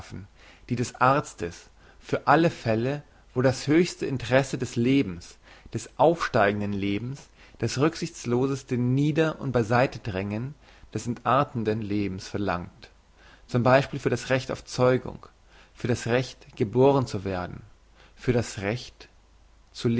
die des arztes für alle fälle wo das höchste interesse des lebens des aufsteigenden lebens das rücksichtsloseste nieder und beiseite drängen des entartenden lebens verlangt zum beispiel für das recht auf zeugung für das recht geboren zu werden für das recht